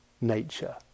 nature